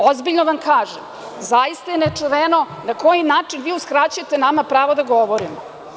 Ozbiljno vam kažem, zaista je ne čuveno na koji način vi uskraćujete nama pravo da govorimo.